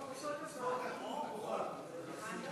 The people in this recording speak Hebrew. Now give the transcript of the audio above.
ערבית